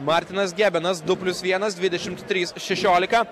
martinas gebenas du plius vienas dvidešimt trys šešiolika